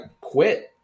quit